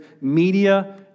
media